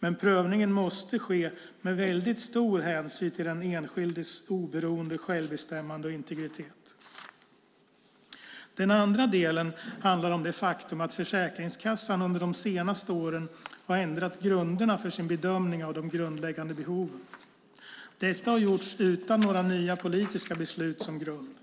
men prövningen måste ske med väldigt stor hänsyn till den enskildes oberoende, självbestämmande och integritet. Den andra delen handlar om det faktum att Försäkringskassan under de senaste åren har ändrat grunderna för sin bedömning av de grundläggande behoven. Detta har gjorts utan nya politiska beslut som grund.